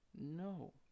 No